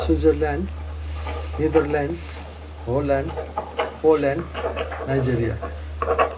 Switzerland Netherland Holland Poland Nigeria